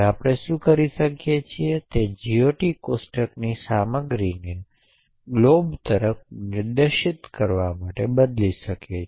હવે આપણે શું કરી શકીએ તે છે GOT કોષ્ટકની સામગ્રીને glob તરફ નિર્દેશ કરવા માટે બદલી શકીએ